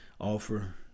offer